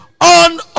on